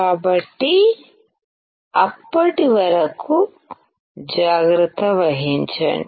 కాబట్టి అప్పటి వరకు జాగ్రత్త వహించండి